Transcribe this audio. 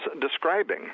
describing